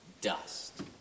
dust